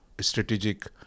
strategic